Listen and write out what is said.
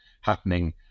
happening